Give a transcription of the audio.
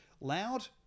loud